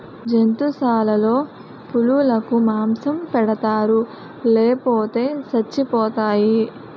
జంతుశాలలో పులులకు మాంసం పెడతారు లేపోతే సచ్చిపోతాయి